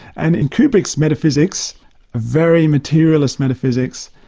and in kubrick's metaphysics, a very materialist metaphysics,